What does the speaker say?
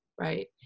right